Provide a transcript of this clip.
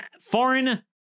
foreign